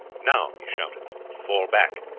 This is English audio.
now! he shouted, fall back!